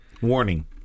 Warning